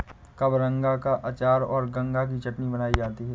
कबरंगा का अचार और गंगा की चटनी बनाई जाती है